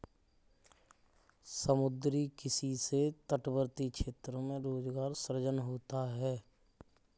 समुद्री किसी से तटवर्ती क्षेत्रों में रोजगार सृजन होता है